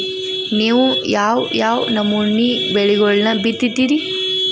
ನೇವು ಯಾವ್ ಯಾವ್ ನಮೂನಿ ಬೆಳಿಗೊಳನ್ನ ಬಿತ್ತತಿರಿ?